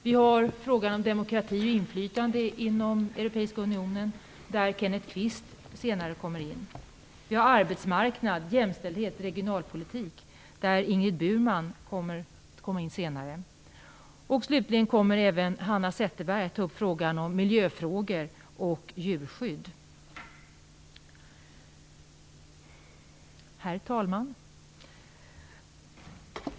Det är frågan om demokrati och inflytande inom Europeiska unionen, där Kenneth Kvist kommer in senare. Det är arbetsmarknad, jämställdhet och regionalpolitik, där Ingrid Burman kommer in senare. Slutligen kommer även Hanna Zetterberg att ta upp miljöfrågor och djurskyddsfrågor. Herr talman!